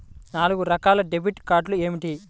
నాలుగు రకాల డెబిట్ కార్డులు ఏమిటి?